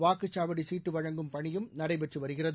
வாக்குச்சாவடிசீட்டுவழங்கும் பணியும் நடைபெற்றுவருகிறது